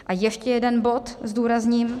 A ještě jeden bod zdůrazním.